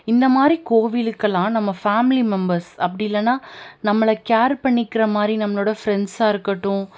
இந்தமாதிரி கோவிலுக்கெல்லாம் நம்ம ஃபேமிலி மெம்பர்ஸ் அப்படி இல்லைன்னா நம்மளை கேர் பண்ணிக்கிற மாதிரி நம்மளோடய ஃப்ரெண்ட்ஸாக இருக்கட்டும்